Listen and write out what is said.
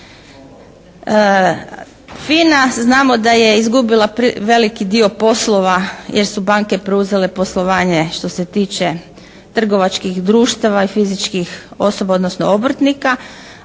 FINA znamo da je izgubila veliki dio poslova jer su banke preuzele poslovanje što se tiče trgovačkih društava i fizičkih osoba odnosno obrtnika